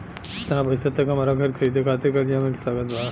केतना पईसा तक हमरा घर खरीदे खातिर कर्जा मिल सकत बा?